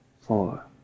four